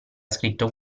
scritto